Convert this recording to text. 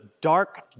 dark